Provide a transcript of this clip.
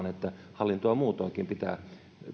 että hallintoa muutoinkin pitää